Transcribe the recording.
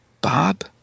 Bob